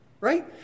Right